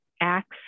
Acts